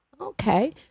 Okay